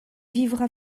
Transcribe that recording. vivra